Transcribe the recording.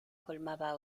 colmaba